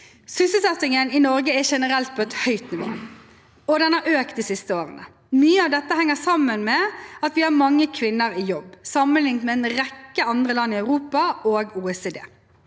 Sysselsettingen i Norge er generelt på et høyt nivå, og den har økt de siste årene. Mye av dette henger sammen med at vi har mange kvinner i jobb sammenlignet med en rekke andre land i Europa og OECD.